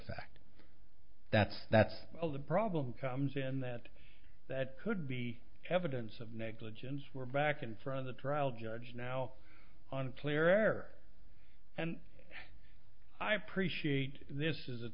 fact that's that's the problem comes in that that could be evidence of negligence were back in from the trial judge now on clear air and i appreciate this is a